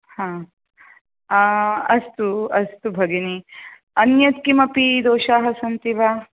आम् अस्तु अस्तु भगिनि अन्यत् किमपि दोषाः सन्ति वा